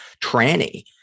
tranny